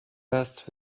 best